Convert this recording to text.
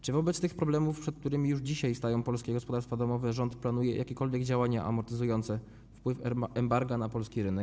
Czy wobec tych problemów, przed którymi już dzisiaj stają polskie gospodarstwa domowe, rząd planuje jakiekolwiek działania amortyzujące wpływ embarga na polski rynek?